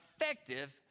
effective